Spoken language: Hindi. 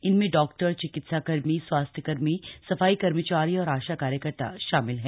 इनमें डॉक्टर चिकित्साकर्मी स्वास्थ्यकर्मी सफाई कर्मचारी और आशा कार्यकर्ता शामिल है